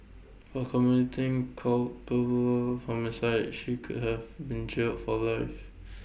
for committing culpable homicide she could have been jailed for life